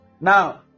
Now